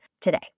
today